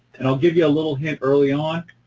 and i'll give you a little hint early on,